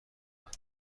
اومد